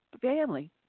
family